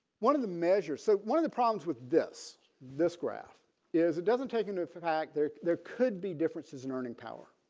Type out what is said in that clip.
one of the measures. so one of the problems with this this graph is it doesn't take in fact there there could be differences in earning power.